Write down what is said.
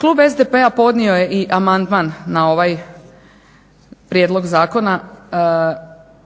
Klub SDP-a podnio je i amandman na ovaj prijedlog zakona